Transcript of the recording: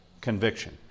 conviction